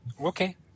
Okay